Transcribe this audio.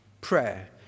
prayer